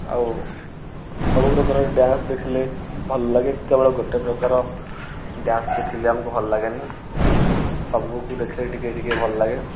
ଆଉ ସବୁ ପ୍ରକାରର ଡ୍ୟାନସ୍ ଦେଖିଲେ ଭଲ ଲାଗେ କେବଳ ଗୋଟେ ପ୍ରକାର ଡ୍ୟାନସ୍ ଦେଖିଲେ ଆମକୁ ଭଲ ଲାଗେନି ସବୁକୁ ଦେଖିଲେ ଟିକେ ଟିକେ ଭଲ ଲାଗେ